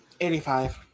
85